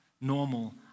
normal